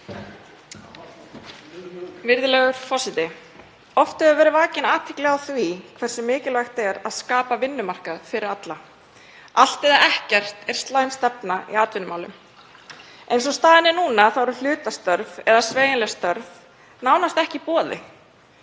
Virðulegur forseti. Oft hefur verið vakin athygli á því hversu mikilvægt er að skapa vinnumarkað fyrir alla. Allt eða ekkert er slæm stefna í atvinnumálum. Eins og staðan er núna eru hlutastörf eða sveigjanleg störf nánast ekki í boði.